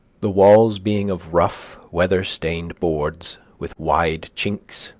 the walls being of rough, weather-stained boards, with wide chinks,